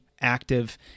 active